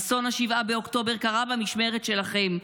אסון 7 באוקטובר קרה במשמרת שלכם.